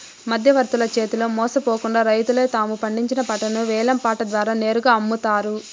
మధ్యవర్తుల చేతిలో మోసపోకుండా రైతులే తాము పండించిన పంటను వేలం పాట ద్వారా నేరుగా అమ్ముతారు